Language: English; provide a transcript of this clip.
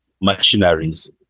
machineries